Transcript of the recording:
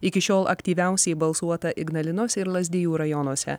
iki šiol aktyviausiai balsuota ignalinos ir lazdijų rajonuose